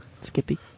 Skippy